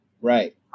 Right